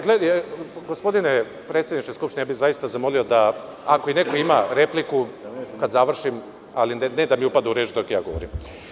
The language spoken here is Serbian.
Gospodine predsedniče Skupštine, ja bih zaista zamolio da ako i neko ima repliku, kad završim, ali ne da mi upada u reč dok ja govorim.